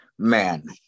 Man